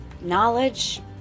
knowledge